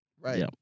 right